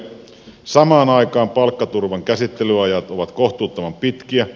samaan aikaan palkkaturvan käsittelyajat ovat kohtuuttoman pitkiä